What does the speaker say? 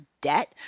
debt